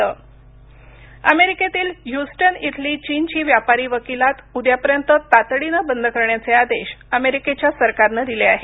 चीन अमेरिका अमेरिकेतील ह्यूस्टन इथली चीनची व्यापारी वकिलात उद्यापर्यंत तातडीनं बंद करण्याचे आदेश अमेरिकेच्या सरकारनं दिले आहेत